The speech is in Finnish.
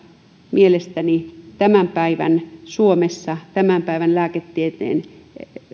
mielestäni tämän päivän suomessa tämän päivän lääketieteen